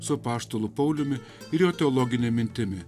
su apaštalu pauliumi ir jo teologine mintimi